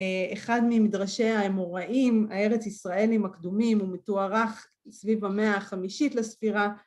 אחד ממדרשי האמוראים, הארץ ישראלים הקדומים, הוא מתוארך סביב המאה החמישית לספירה.